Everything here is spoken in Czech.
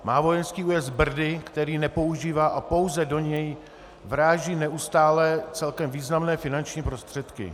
Má vojenský újezd Brdy, který nepoužívá, a pouze do něj vráží neustále celkem významné finanční prostředky.